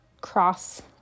cross